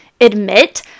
admit